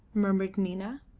murmured nina.